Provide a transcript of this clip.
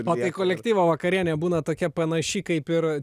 o tai kolektyvo vakarienė būna tokia panaši kaip ir